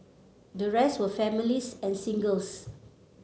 the rest were families and singles